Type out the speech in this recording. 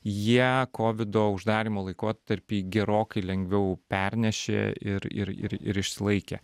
jie kovido uždarymo laikotarpį gerokai lengviau pernešė ir ir ir ir išsilaikė